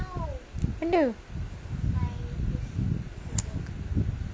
apa benda